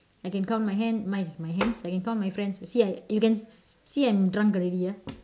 I can count my hand my my hands I can count my friends you see you can see I'm drunk already ah